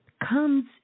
comes